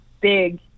big